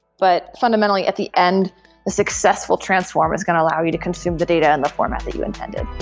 but fundamentally at the end, a successful transform is going to allow you to consume the data in the format that you intended